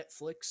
Netflix